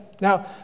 Now